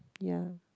ya